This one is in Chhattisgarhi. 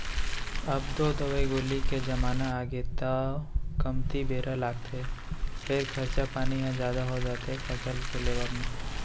अब तो दवई गोली के जमाना आगे तौ कमती बेरा लागथे फेर खरचा पानी ह जादा हो जाथे फसल के लेवब म